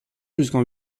jusqu’en